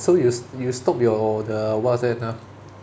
so you s~ you stopped your the what's that ah